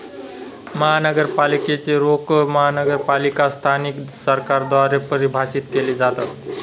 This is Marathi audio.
महानगरपालिकेच रोखे महानगरपालिका स्थानिक सरकारद्वारे परिभाषित केले जातात